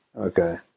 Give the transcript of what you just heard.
okay